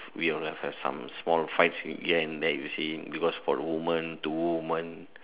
we only have some small fights here and there you see because for the women two women